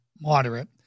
moderate